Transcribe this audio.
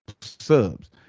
subs